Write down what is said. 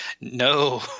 No